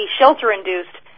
shelter-induced